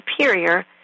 superior